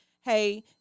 hey